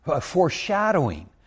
Foreshadowing